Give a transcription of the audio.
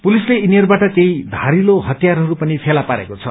पुलिसले यिनीहरूबाट केही धारिलो हतियारहरू पनि फेला पारेको छ